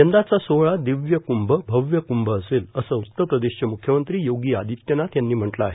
यंदाचा सोहळा दिव्य कूंभ भव्य कूंभ असेल असं उत्तर प्रदेशचे मुख्यमंत्री योगी आदित्यनाथ यांनी म्हटलं आहे